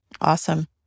Awesome